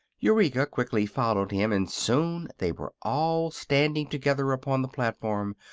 eureka quickly followed him, and soon they were all standing together upon the platform,